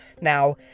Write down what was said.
now